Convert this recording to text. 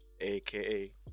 aka